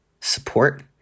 support